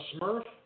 smurf